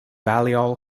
balliol